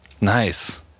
nice